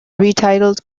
retitled